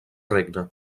regne